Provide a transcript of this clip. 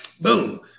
boom